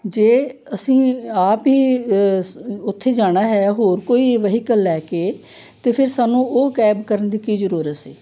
ਜੇ ਅਸੀਂ ਆਪ ਹੀ ਅਸ ਉੱਥੇ ਜਾਣਾ ਹੈ ਹੋਰ ਕੋਈ ਵਹੀਕਲ ਲੈ ਕੇ ਤਾਂ ਫੇਰ ਸਾਨੂੰ ਉਹ ਕੈਬ ਕਰਨ ਦੀ ਕੀ ਜ਼ਰੂਰਤ ਸੀ